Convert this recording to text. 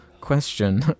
Question